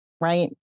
right